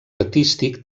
artístic